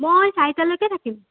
মই চাৰিটালৈকে থাকিম